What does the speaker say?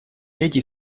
эти